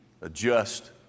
adjust